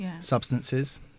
substances